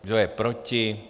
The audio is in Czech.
Kdo je proti?